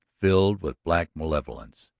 filled with black malevolence.